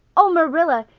oh, marilla,